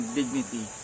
dignity